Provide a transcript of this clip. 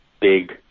big